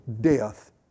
death